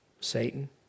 Satan